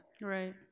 Right